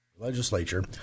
Legislature